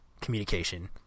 communication